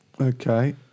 Okay